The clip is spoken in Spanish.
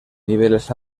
niveles